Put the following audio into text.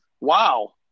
Wow